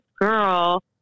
girl